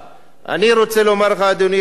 אני רוצה לומר לך, אדוני היושב-ראש,